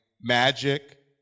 Magic